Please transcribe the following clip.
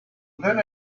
then